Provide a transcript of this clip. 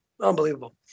Unbelievable